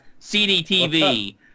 CDTV